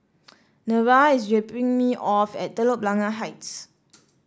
Nevaeh is dropping me off at Telok Blangah Heights